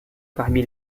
parmi